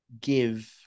give